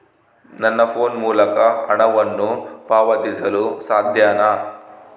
ನನ್ನ ಫೋನ್ ಮೂಲಕ ಹಣವನ್ನು ಪಾವತಿಸಲು ಸಾಧ್ಯನಾ?